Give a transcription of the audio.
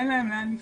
אין להם לאן לפנות,